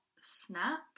snap